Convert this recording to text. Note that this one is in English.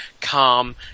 calm